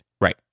Right